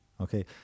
okay